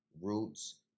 Roots